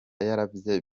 yarabaye